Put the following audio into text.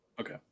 Okay